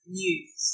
news